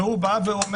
-- והוא בא ואומר,